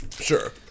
Sure